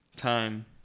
time